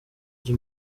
ujya